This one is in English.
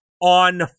on